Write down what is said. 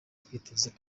twiteze